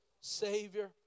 savior